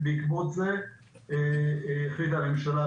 ובעקבות זה החליטה הממשלה,